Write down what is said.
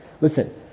listen